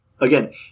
again